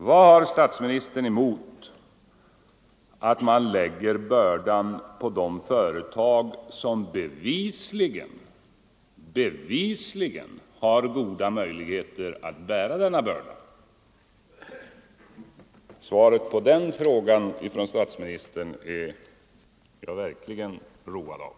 Vad har statsministern emot att man lägger bördan på de företag som bevisligen har goda möj ligheter att bära den? Jag är verkligen road av statsministerns svar på den frågan.